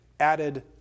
added